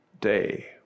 day